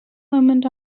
moment